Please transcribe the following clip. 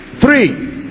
Three